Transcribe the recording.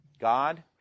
God